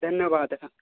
धन्यवादः